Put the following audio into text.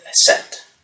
set